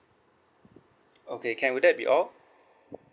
okay can will that be all